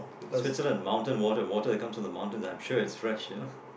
Switzerland mountain water water comes from the mountain I'm sure it's fresh you know